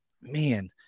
man